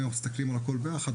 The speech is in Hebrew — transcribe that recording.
ואם מסתכלים על כל היום ביחד,